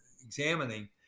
examining